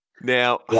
Now